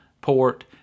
port